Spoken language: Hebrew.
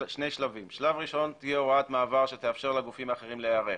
בשלב הראשון תהיה הוראת מעבר שתאפשר לגופים להיערך.